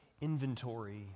inventory